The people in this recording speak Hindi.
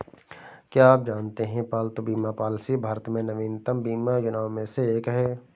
क्या आप जानते है पालतू बीमा पॉलिसी भारत में नवीनतम बीमा योजनाओं में से एक है?